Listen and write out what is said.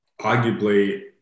arguably